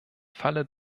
falle